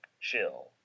chill